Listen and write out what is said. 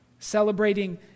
Celebrating